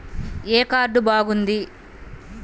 ఏ card బాగుంది?